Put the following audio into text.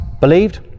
believed